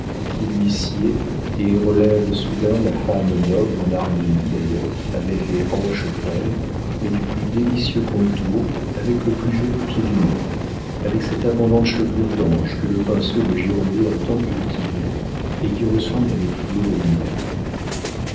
qui lui sied et révèle soudain la femme noble en harmonie d'ailleurs avec des hanches grêles mais du plus délicieux contour avec le plus joli pied du monde avec cette abondante chevelure d'ange que le pinceau de girodet a tant cultivée et qui ressemble à des flots de lumière